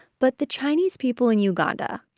but the chinese people in uganda,